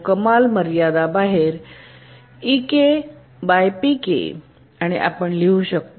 कमाल मर्यादा बाहेर आणि आपण लिहू शकतो